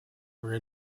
were